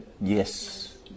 Yes